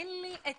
אין לי את